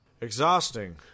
exhausting